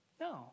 No